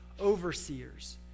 overseers